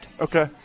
Okay